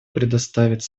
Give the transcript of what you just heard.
предоставить